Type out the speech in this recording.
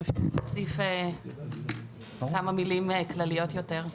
האם אפשר להוסיף כמה מילים כלליות יותר?